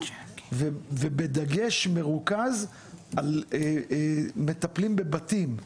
ובדגש מרוכז על מטפלים בבתים.